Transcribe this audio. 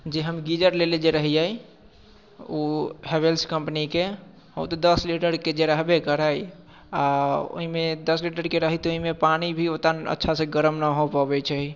जी हम गीजर लेने जे रहियै ओ हैवल्स कम्पनीके ओ तऽ दस लीटरके जे रहबै करै आ ओहिमे दस लीटरके रहै तऽ ओहिमे पानि भी उतना अच्छासँ गरम न हो पबैत छै